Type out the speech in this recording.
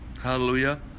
Hallelujah